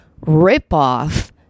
ripoff